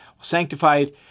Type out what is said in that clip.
Sanctified